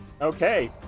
Okay